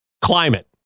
climate